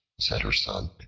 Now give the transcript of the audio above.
said her son,